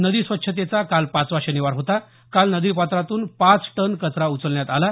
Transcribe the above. नदी स्वच्छतेचा काल पाचवा शनिवार होता काल नदीपात्रातून पाच टन कचरा उचलण्यात आला